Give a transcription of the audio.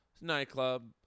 Nightclub